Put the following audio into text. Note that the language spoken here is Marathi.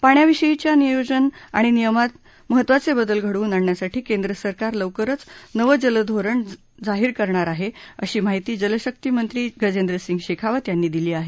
पाण्याविषयीच्या नियोजन आणि नियमनात महत्वाचे बदल घडवून आणण्यासाठी केंद्र सरकार लवकरच नवं जलधोरण धोरण जाहीर करणार आहे अशी माहिती जलशत्ती मंत्री गजेंद्रसिंह शेखावत यांनी दिली आहे